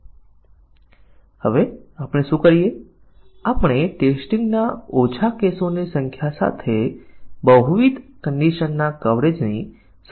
જો તમે તે બતાવવા માંગતા હો કે શાખા કવરેજ વધુ મજબૂત છે તો આપણે બતાવવું પડશે કે શાખા કવરેજ નિવેદન કવરેજની બાંયધરી આપશે